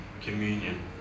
communion